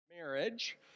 Marriage